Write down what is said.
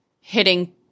hitting